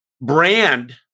brand